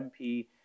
MP